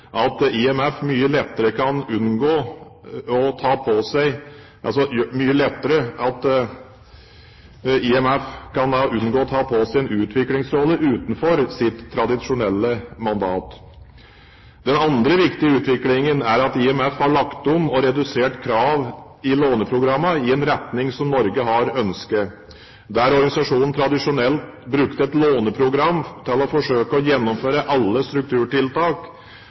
at IMF mye lettere kan unngå å ta på seg en utviklingsrolle, utenfor sitt tradisjonelle mandat. Den andre viktige utviklingen er at IMF har lagt om og redusert krav i låneprogrammene i en retning som Norge har ønsket. Der organisasjonen tradisjonelt brukte et låneprogram til å forsøke å gjennomføre alle strukturtiltak